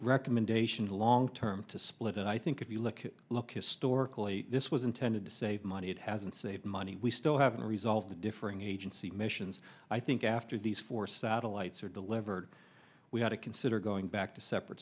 recommendations long term to split and i think if you look at look historically this was intended to save money it hasn't saved money we still haven't resolved the differing agency missions i think after these four satellites are delivered we had to consider going back to separate